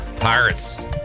Pirates